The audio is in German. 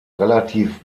relativ